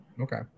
Okay